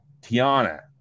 tiana